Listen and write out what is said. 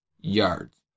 yards